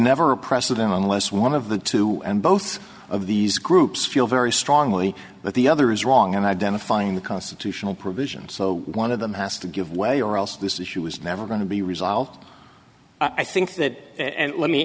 never a precedent unless one of the two and both of these groups feel very strongly that the other is wrong and identifying the constitutional provisions so one of them has to give way or else this issue is never going to be resolved i think that and let me